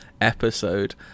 episode